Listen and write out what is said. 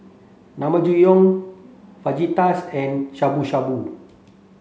Naengmyeon Fajitas and Shabu Shabu